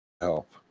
help